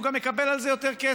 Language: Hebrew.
והוא גם מקבל על זה יותר כסף.